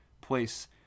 place